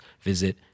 visit